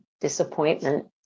disappointment